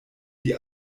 die